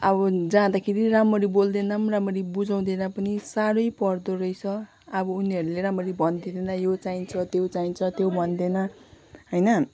अब जाँदाखेरि राम्ररी बोल्दैन पनि राम्ररी बुझाउँदैन पनि साह्रै पर्दोरहेछ अब उनीहरूले राम्ररी भनिदिँदैन यो चाहिन्छ त्यो चाहिन्छ त्यो भन्दैन होइन